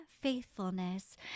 faithfulness